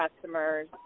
customers